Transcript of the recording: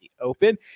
Open